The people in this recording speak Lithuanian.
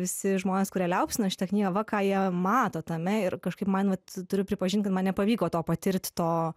visi žmonės kurie liaupsina šitą knygą va ką jie mato tame ir kažkaip man vat turiu pripažint kad man nepavyko to patirt to